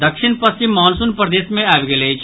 दक्षिण पश्चिम मॉनसून प्रदेश मे आबि गेल अछि